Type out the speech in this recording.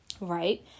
right